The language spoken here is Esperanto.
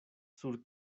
sur